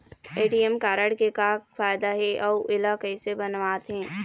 ATM card के का फायदा हे अऊ इला कैसे बनवाथे?